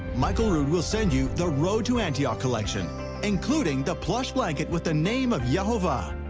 michael rood will sent you the road to antioch collection including the plush blanket with the name of yehovah.